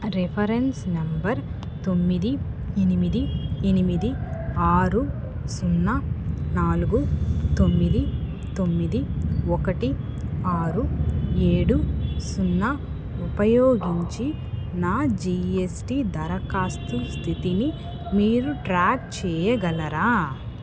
reference number తొమ్మిది ఎనిమిది ఎనిమిది ఆరు సున్నా నాలుగు తొమ్మిది తొమ్మిది ఒకటి ఆరు ఏడు సున్నా ఉపయోగించి నా జిఎస్టి దరఖాస్తు స్థితిని మీరు ట్రాక్ చెయ్యగలరా